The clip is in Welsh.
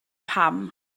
pam